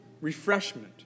refreshment